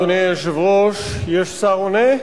אדוני היושב-ראש, יש שר עונה?